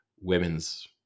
women's